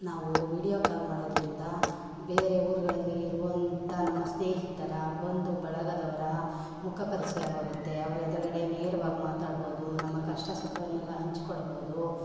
ನಾವು video call ಮಾಡೋದರಿಂದ ಬೇರೆ ಊರುಗಳಲ್ಲಿ ಇರುವಂಥ ನಮ್ಮ ಸ್ನೇಹಿತರ ಬಂದು ಬಳಗದವರ ಮುಖ ಪರಿಚಯವಾಗುತ್ತೆ ಅವರ ಎದುರುಗಡೆ ನೇರವಾಗಿ ಮಾತಾಡ್ಬೋದು ನಮ್ಮ ಕಷ್ಟ ಸುಖವನ್ನೆಲ್ಲ ಹಂಚ್ಕೊಳ್ಬೋದು